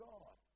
God